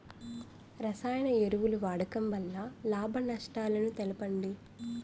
రసాయన ఎరువుల వాడకం వల్ల లాభ నష్టాలను తెలపండి?